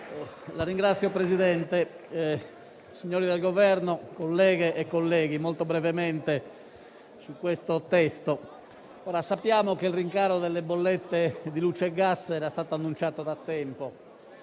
Signor Presidente, signori del Governo, colleghe e colleghi, intervengo brevemente su questo testo. Sappiamo che il rincaro delle bollette di luce e gas era stato annunciato da tempo